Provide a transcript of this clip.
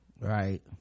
right